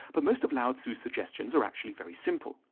but most of lao tzu's suggestions are actually very simple.